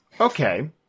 Okay